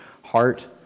heart